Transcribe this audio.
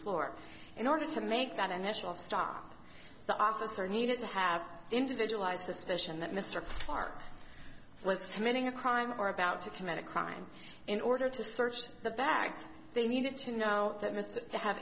floor in order to make that initial stop that officer needed to have individualized suspicion that mr karr was committing a crime or about to commit a crime in order to search the facts they needed to know that mr to have